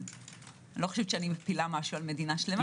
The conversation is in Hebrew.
אני לא מפילה משהו על מדינה שלמה.